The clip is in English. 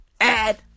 add